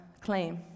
claim